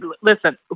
Listen